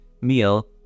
meal